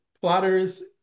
plotters